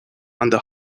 under